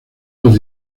los